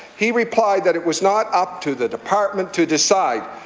he replied that it was not up to the department to decide,